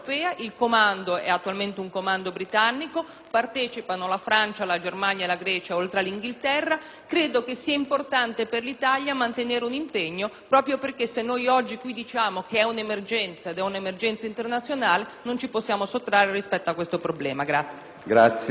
partecipano la Francia, la Germania, la Grecia, oltre alla Gran Bretagna. Credo sia importante per l'Italia mantenere un impegno, proprio perché se oggi diciamo che vi è un'emergenza - ed è un'emergenza internazionale - non ci possiamo sottrarre a questo problema.